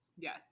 Yes